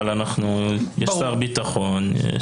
יש שר ביטחון...